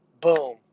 Boom